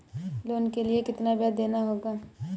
Loan के लिए कितना ब्याज देना होगा?